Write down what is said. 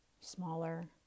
smaller